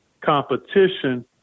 competition